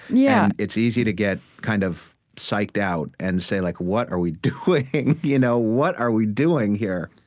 yeah it's easy to get kind of psyched out and say, like what are we doing? you know what are we doing here?